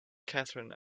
katherine